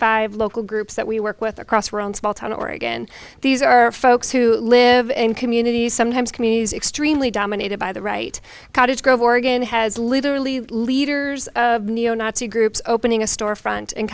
five local groups that we work with across one small town oregon these are folks who live in communities sometimes communities extremely dominated by the right cottage grove oregon has literally leaders of neo nazi groups opening a store front in